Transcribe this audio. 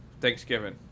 Thanksgiving